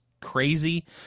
Crazy